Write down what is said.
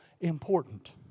important